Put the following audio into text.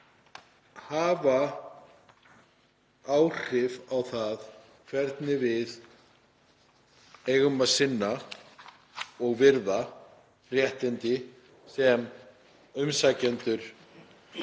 hafa áhrif á það hvernig við eigum að sinna og virða réttindi sem umsækjendur